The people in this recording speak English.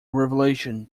revelation